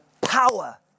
power